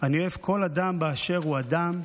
אני אוהב כל אדם באשר הוא אדם,